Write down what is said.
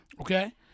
Okay